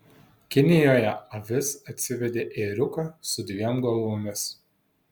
kinijoje avis atsivedė ėriuką su dviem galvomis